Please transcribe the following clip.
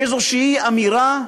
איזו אמירה,